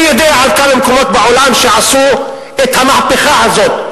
אני יודע על כמה מקומות בעולם שעשו את המהפכה הזאת,